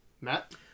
Matt